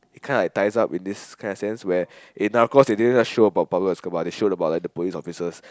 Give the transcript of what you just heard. it kinda ties up in this kinda sense where in Narcis they didn't just show about Pablo Escobar they showed about like the police officers